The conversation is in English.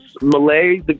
Malay